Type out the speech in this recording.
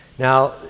Now